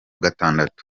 gatandatu